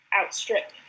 outstrip